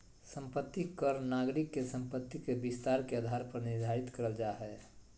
संपत्ति कर नागरिक के संपत्ति के विस्तार के आधार पर निर्धारित करल जा हय